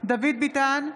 דוד ביטן,